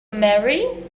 marry